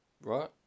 Right